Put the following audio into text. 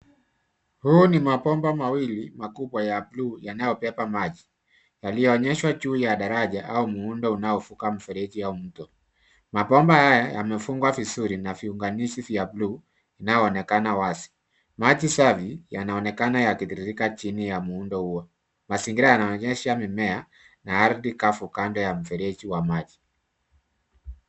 Huu ni mabomba mawili makubwa ya buluu yanayobeba maji, yaliyoonyeshwa juu ya daraja au muundo unaovuka mfereji au mto. Mabomba haya yamefungwa vizuri na viunganishi vya buluu inayoonekana wazi. Maji safi yanaonekana yakitiririka chini ya muundo huo. Mazingira yanaonyesha mimea na ardhi kavu kando ya mfereji wa maji.